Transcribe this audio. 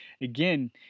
again